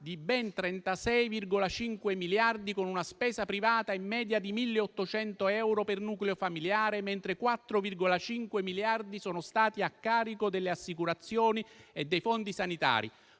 di ben 36,5 miliardi, con una spesa privata in media di 1.800 euro per nucleo familiare, mentre 4,5 miliardi sono stati a carico delle assicurazioni e dei fondi sanitari,